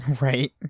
Right